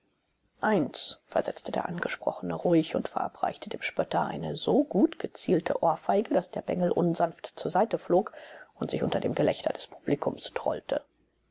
eins versetzte der angesprochene ruhig und verabfolgte dem spötter eine so gut gezielte ohrfeige daß der bengel unsanft zur seite flog und sich unter dem gelächter des publikums trollte